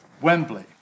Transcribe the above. Wembley